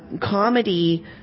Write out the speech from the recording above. comedy